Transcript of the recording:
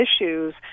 issues